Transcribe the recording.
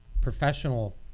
professional